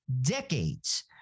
Decades